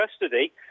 custody